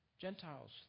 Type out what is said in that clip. Gentiles